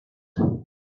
end